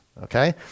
Okay